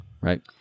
Right